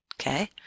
Okay